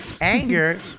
Anger